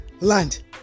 land